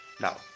Now